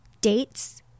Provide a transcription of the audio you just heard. dates